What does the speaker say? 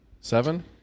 Seven